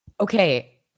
Okay